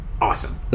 awesome